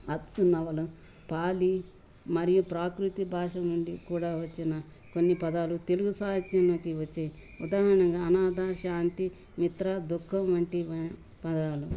అచ్చు నవల పాలి మరియు ప్రాకృతి భాష నుండి కూడా వచ్చిన కొన్ని పదాలు తెలుగు సాహిత్యంలోకి వచ్చాయి ఉదాహరణంగా అనాధ శాంతి మిత్ర దుఃఖం వంటి పదాలు